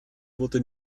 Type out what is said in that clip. wurde